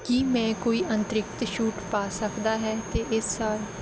ਕੀ ਮੈਂ ਕੋਈ ਅੰਤਰਿਕਤ ਛੂਟ ਪਾ ਸਕਦਾ ਹੈ ਤੇ ਇਸ ਸਾਲ